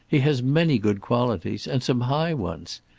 he has many good qualities, and some high ones.